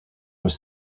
was